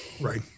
Right